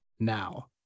now